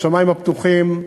ב"שמים הפתוחים"